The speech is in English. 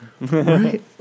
right